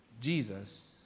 Jesus